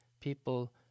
people